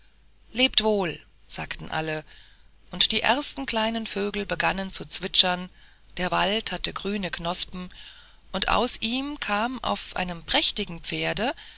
lebt wohl sagten alle und die ersten kleinen vögel begannen zu zwitschern der wald hatte grüne knospen und aus ihm kam auf einem prächtigen pferde